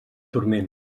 turment